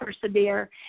persevere